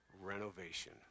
renovation